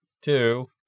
two